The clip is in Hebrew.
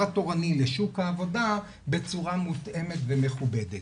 התורני משוק העבודה בצורה מותאמת ומכובדת.